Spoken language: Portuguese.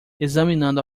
examinando